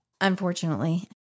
Unfortunately